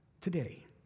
today